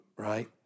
right